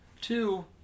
Two